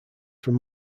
from